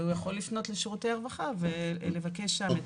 והוא יכול לפנות לשירותי הרווחה ולבקש שם את הסיוע.